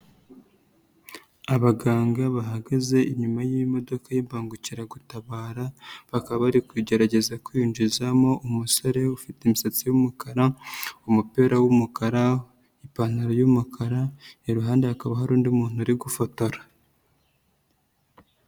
Abaganga bahagaze inyuma y'imodoka y'imbangukiragutabara bakaba bari kugerageza kwinjizamo umusore ufite imisatsi y'umukara, umupira w'umukara, ipantaro y'umukara, iruhande hakaba hari undi muntu uri gufotora.